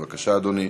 בבקשה, אדוני.